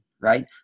right